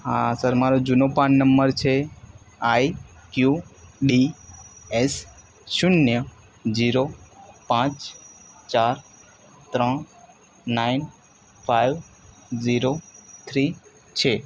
હા સર મારું જૂનું પાન નંબર છે આઈ ક્યુ ડી એસ શૂન્ય જીરો પાંચ ચાર ત્રણ નાઈન ફાઇવ જીરો થ્રી છે